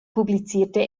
publizierte